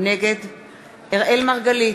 נגד אראל מרגלית,